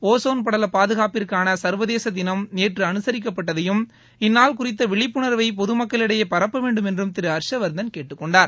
ozone படல பாதுகாப்பிற்கான சர்வதேச தினம் நேற்று அனுசரிக்கப்பட்டதையும் இந்நாள் குறித்த விழிப்புணர்வை பொதமக்களிடையே பரப்ப வேண்டும் என்றும் திரு ஹர்ஷ்வர்தன் கேட்டுக் கொண்டார்